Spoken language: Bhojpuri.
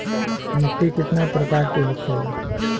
मिट्टी कितना प्रकार के होखेला?